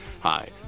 Hi